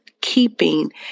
keeping